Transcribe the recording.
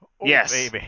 Yes